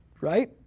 right